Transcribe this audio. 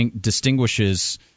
distinguishes